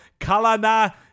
Kalana